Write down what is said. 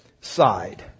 side